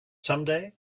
someday